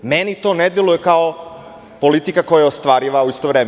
Meni to ne deluje kao politika koja je ostvariva u isto vreme.